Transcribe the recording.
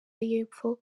y’epfo